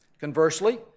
Conversely